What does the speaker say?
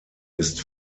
ist